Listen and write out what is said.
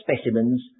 specimens